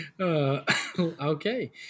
Okay